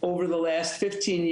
תודה מתנצל.